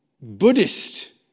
Buddhist